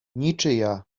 niczyja